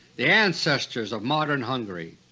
the ancestors of modern hungary.